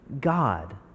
god